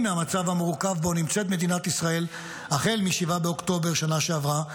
מהמצב המורכב שבו נמצאת מדינת ישראל החל מ-7 באוקטובר בשנה שעברה,